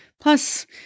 Plus